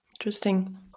Interesting